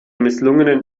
misslungenen